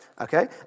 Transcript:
okay